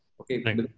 okay